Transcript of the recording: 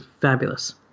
fabulous